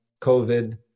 COVID